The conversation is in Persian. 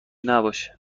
نباشه